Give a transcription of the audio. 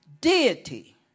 deity